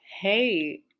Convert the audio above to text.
Hey